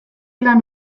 lan